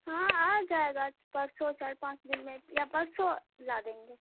ہاں آ جائے گا پرسوں چار پانچ دن میں یا پرسوں لا دیں گے